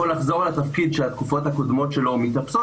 לחזור לתפקיד שהתקופות הקודמות שלו מתאפסות,